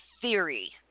theory